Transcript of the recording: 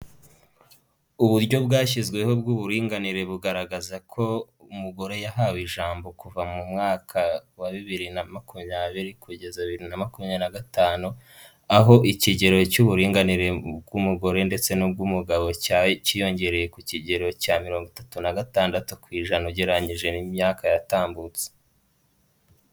Uburyo bwashyizweho bw'uburinganire bugaragaza ko umugore yahawe ijambo kuva mu mwaka wa bibiri na makumyabiri kugeza bibiri na makumyabiri na gatanu, aho ikigero cy'uburinganire bw'umugore ndetse n'ubw'umugabo cyiyongereye ku kigero cya mirongo itatu na gatandatu ku ijana, ugereranyije n'imyaka yatambutse.